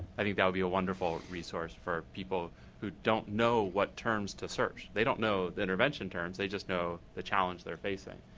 i think that would be a wonderful resource for people who don't know what terms to search. they don't know the intervention terms. they just know the challenge they are facing.